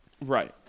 right